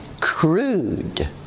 crude